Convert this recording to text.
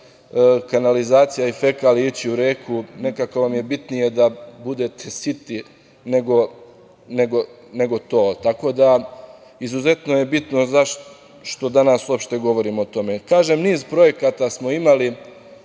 kanalizacija i fekalije ići u reku, nekako vam je bitnije da budete siti nego to. Tako da, izuzetno je bitno zašto danas uopšte govorimo o tome. Kažem, niz projekata smo imali